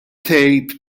tgħid